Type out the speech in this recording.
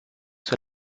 sur